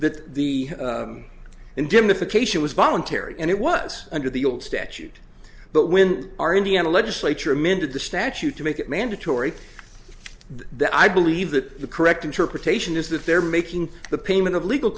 indemnification was voluntary and it was under the old statute but when our indiana legislature amended the statute to make it mandatory that i believe that the correct interpretation is that they're making the payment of legal